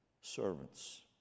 servants